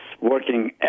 working